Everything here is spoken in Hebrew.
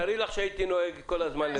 תארי לך שהייתי נוהג כל הזמן לבד.